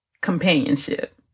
companionship